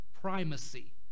primacy